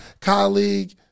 colleague